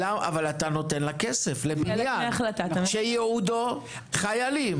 אבל אתה נותן לה כסף לבניין שייעודו חיילים.